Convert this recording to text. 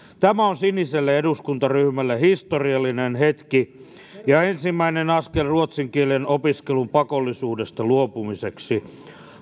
tämä on siniselle eduskuntaryhmälle historiallinen hetki ja ensimmäinen askel ruotsin kielen opiskelun pakollisuudesta luopumiseksi